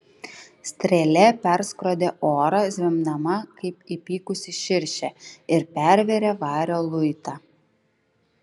strėlė perskrodė orą zvimbdama kaip įpykusi širšė ir pervėrė vario luitą